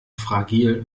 fragil